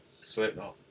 Slipknot